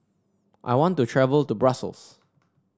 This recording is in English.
I want to travel to Brussels